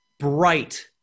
bright